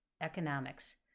Economics